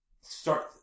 start